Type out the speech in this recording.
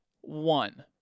One